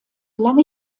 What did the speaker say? lange